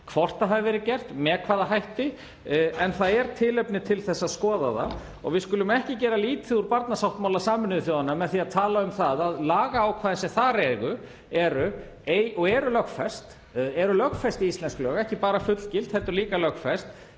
hvort það hafi verið gert og með hvaða hætti en það er tilefni til að skoða það. Við skulum ekki gera lítið úr barnasáttmála Sameinuðu þjóðanna með því að tala um að lagaákvæðin sem þar eru og eru lögfest í íslensk lög, ekki bara fullgilt heldur líka lögfest,